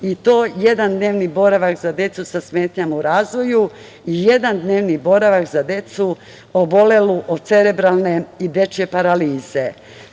i to jedan dnevni boravak za decu sa smetnjama u razvoju i jedan dnevni boravak za decu obolelu od cerebralne i dečje paralize. Takođe,